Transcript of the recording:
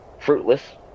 fruitless